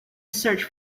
search